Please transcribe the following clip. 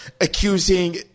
accusing